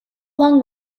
long